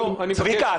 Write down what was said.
לא --- צביקה,